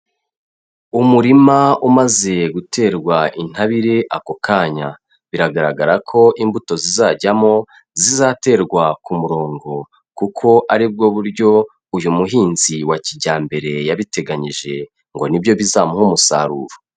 Umurima umaze guterwa intabire ako kanya, biragaragara ko imbuto zizajyamo, zizaterwa ku murongo kuko ari bwo buryo uyu muhinzi wa kijyambere yabiteganyije ngo ni byo bizamuha umusaruro.